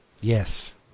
Yes